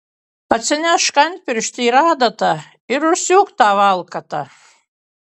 atsinešk antpirštį ir adatą ir užsiūk tą valkatą